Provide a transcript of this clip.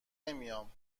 نمیام